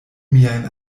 miajn